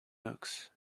nooks